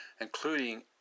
including